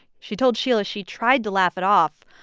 she told sheila she tried to laugh it off,